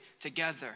together